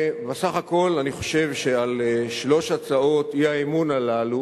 בסך הכול אני חושב שעל שלוש הצעות האי-אמון הללו